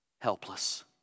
helpless